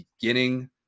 beginning